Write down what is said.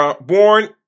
Born